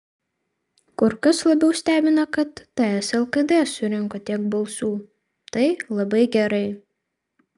kur kas labiau stebina kad ts lkd surinko tiek balsų tai labai gerai